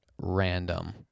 random